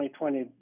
2020